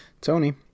Tony